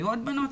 היו עוד בנות.